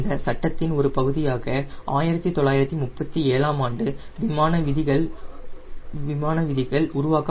இந்த சட்டத்தின் ஒரு பகுதியாக 1937 ஆம் ஆண்டு விமான விதிகள் உருவாக்க